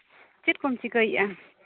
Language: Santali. ᱪᱮᱫ ᱠᱚᱢ ᱪᱤᱠᱟᱹᱭᱮᱫᱼᱟ